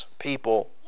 people